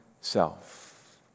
self